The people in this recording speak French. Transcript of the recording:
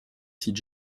site